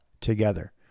together